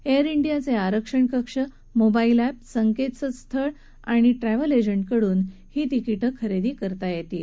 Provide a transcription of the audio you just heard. air डियाचे आरक्षण कक्ष मोबाईल एप संकेतस्थळ आणि ट्रॅवल एजंटकडून ही तिकिट खरेदी करता येतील